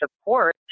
support